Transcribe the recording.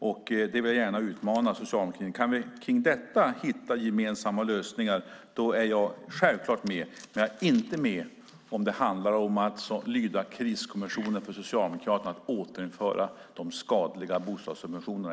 Jag vill gärna utmana Socialdemokraterna: Kan vi kring detta hitta gemensamma lösningar är jag självklart med, men jag är inte med om det handlar om att lyda kriskommissionen för Socialdemokraterna och återinföra de skadliga bostadssubventionerna.